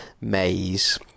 maze